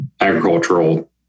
agricultural